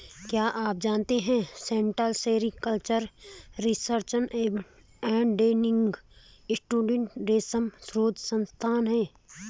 क्या आप जानते है central sericultural research and training institute रेशम शोध संस्थान है?